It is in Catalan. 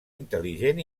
intel·ligent